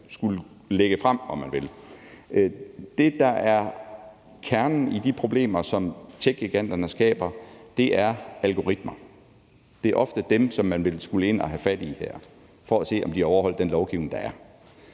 skulle lægge frem – at det, der er kernen i de problemer, som techgiganterne skaber, er algoritmer. Det er ofte dem, som man vil skulle ind at have fat i for at se, om de overholder den lovgivning, der